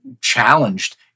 challenged